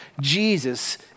Jesus